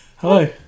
Hello